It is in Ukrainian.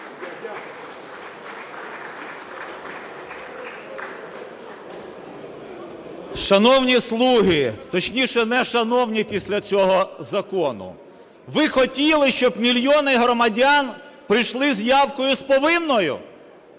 Шановні "слуги"! Точніше, нешановні після цього закону. Ви хотіли, щоб мільйони громадян прийшли з явкою з повинною?